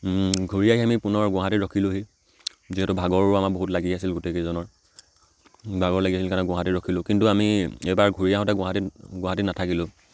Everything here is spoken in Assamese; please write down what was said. ঘূৰি আহি আমি পুনৰ গুৱাহাটীত ৰখিলোহি যিহেতু ভাগৰো আমাৰ বহুত লাগি আছিল গোটেইকেইজনৰ ভাগৰ লাগি আছিল কাৰণে গুৱাহাটীত ৰখিলো কিন্তু আমি এইবাৰ ঘূৰি আহোঁতে গুৱাহাটীত গুৱাহাটী নাথাকিলোঁ